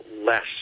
less